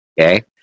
Okay